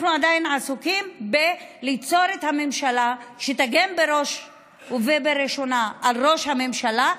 אנחנו עדיין עסוקים בליצור את הממשלה שתגן בראש ובראשונה על ראש הממשלה,